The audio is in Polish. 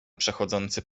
przechodzący